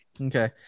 Okay